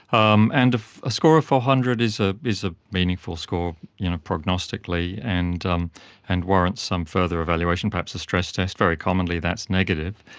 um and a score of four hundred is ah is a meaningful score you know prognostically and um and warrants some further evaluation, perhaps a stress test. very commonly that's negative,